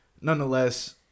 Nonetheless